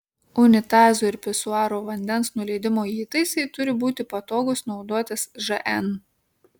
unitazų ir pisuarų vandens nuleidimo įtaisai turi būti patogūs naudotis žn